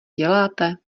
děláte